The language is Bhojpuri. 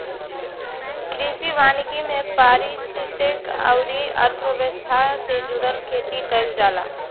कृषि वानिकी में पारिस्थितिकी अउरी अर्थव्यवस्था से जुड़ल खेती कईल जाला